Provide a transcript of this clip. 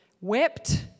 wept